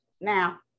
Now